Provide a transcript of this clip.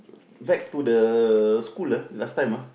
back to the school ah last time ah